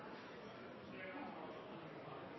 har dette også innvirkning på